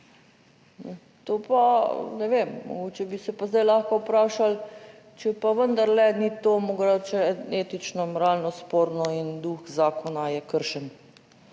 To pa, ne vem, mogoče bi se pa zdaj lahko vprašali, če pa vendarle ni to mogoče etično, moralno sporno in duh zakona je kršen,